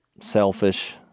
selfish